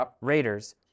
Raiders